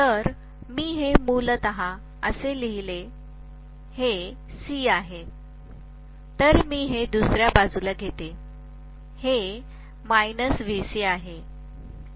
तर मी हे मूलत असे लिहेल - हे C आहे तर मी हे दुसऱ्या बाजूला घेते हे VC आहे